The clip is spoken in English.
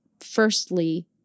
firstly